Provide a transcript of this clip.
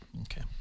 Okay